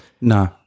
No